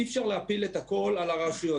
אי-אפשר להפיל את הכול על הרשויות.